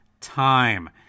time